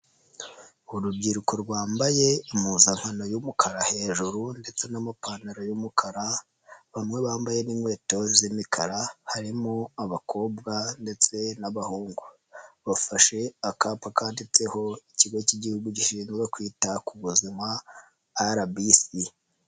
Urubyiruko rwambaye impuzankano y'umukara hejuru ndetse n'amapantaro y'umukara bamwe bambaye n'inkweto z'imikara harimo abakobwa ndetse n'abahungu, bafashe akapa kanditseho ikigo k'Igihugu gishinzwe kwita ku buzima RBC.